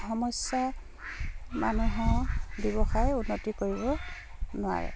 সমস্যা মানুহৰ ব্যৱসায় উন্নতি কৰিব নোৱাৰে